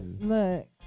Look